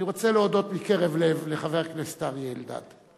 אני רוצה להודות מקרב לב לחבר הכנסת אריה אלדד,